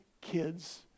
kids